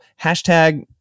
hashtag